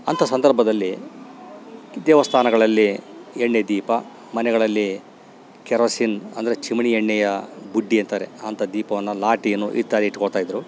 ಅಂತ ಸಂದರ್ಭದಲ್ಲಿ ದೇವಸ್ಥಾನಗಳಲ್ಲಿ ಎಣ್ಣೆ ದೀಪ ಮನೆಗಳಲ್ಲಿ ಕೆರೋಸಿನ್ ಅಂದರೆ ಚಿಮಣಿ ಎಣ್ಣೆಯ ಬುಡ್ಡಿ ಅಂತಾರೆ ಅಂಥ ದೀಪವನ್ನು ಲಾಟೀನು ಈ ಥರ ಇಟ್ಕೊತಾ ಇದ್ರು